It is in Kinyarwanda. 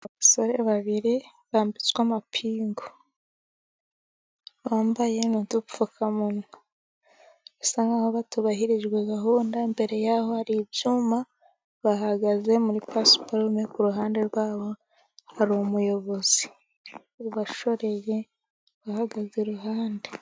Abasore babiri bambitswe amapingu, bambaye n'udupfukamunwa, bisa nk'aho batubahirije gahunda, imbere yabo hari ibyuma, bahagaze muri pasiparumu, ku ruhande rwabo hari umuyobozi ubashoreye uhagaze iruhande.